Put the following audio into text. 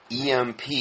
EMP